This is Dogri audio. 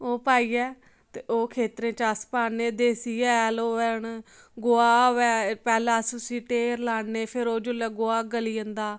ओह् पाइयै ते ओह् खेत्तरें च अस पान्ने देसी हैल होऐ हूनै गोहा होऐ पैह्लें अस उसी ढेर लान्ने फिर ओह् जेल्लै ओह् गोहा गली जंदा